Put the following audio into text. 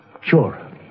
Sure